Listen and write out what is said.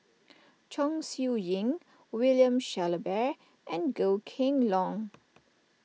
Chong Siew Ying William Shellabear and Goh Kheng Long